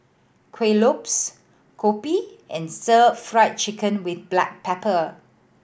Kuih Lopes kopi and Stir Fry Chicken with black pepper